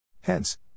Hence